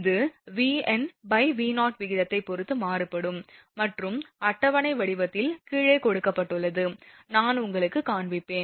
இது VnV0 விகிதத்தை பொறுத்து மாறுபடும் மற்றும் அட்டவணை வடிவத்தில் கீழே கொடுக்கப்பட்டுள்ளது நான் உங்களுக்குக் காண்பிப்பேன்